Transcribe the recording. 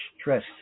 stress